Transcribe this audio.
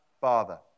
Father